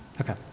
Okay